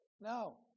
No